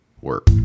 work